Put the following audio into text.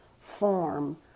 form